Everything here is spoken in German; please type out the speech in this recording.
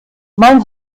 mein